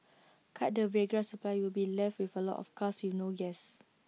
cut the Viagra supply you'll be left with A lot of cars with no gas